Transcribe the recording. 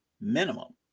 Minimum